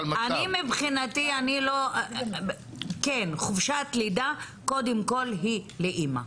כן, חופשת לידה קודם כל היא לאימא.